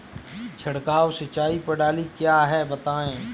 छिड़काव सिंचाई प्रणाली क्या है बताएँ?